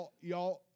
Y'all